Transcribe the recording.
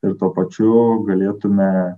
ir tuo pačiu galėtume